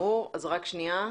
רק רגע.